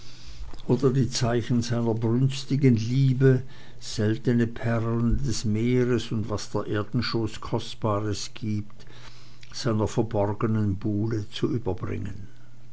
oder die zeichen seiner brünstigen liebe seltene perlen des meeres und was der erdenschoß kostbares gibt seiner verborgenen buhle zu überbringen